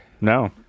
No